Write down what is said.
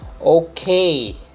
Okay